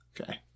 Okay